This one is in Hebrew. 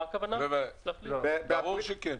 ברור שכן.